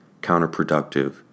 counterproductive